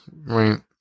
right